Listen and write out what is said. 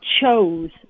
chose